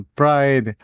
pride